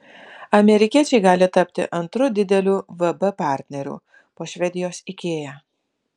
amerikiečiai gali tapti antru dideliu vb partneriu po švedijos ikea